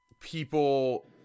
people